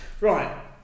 Right